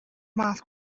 math